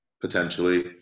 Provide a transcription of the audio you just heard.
potentially